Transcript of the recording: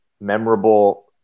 memorable